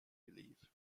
believe